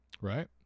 right